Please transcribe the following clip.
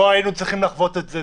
לא היינו צריכים לחוות את זה,